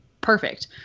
perfect